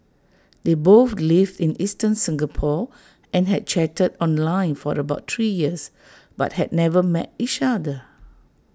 they both lived in eastern Singapore and had chatted online for about three years but had never met each other